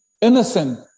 innocent